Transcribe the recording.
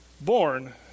born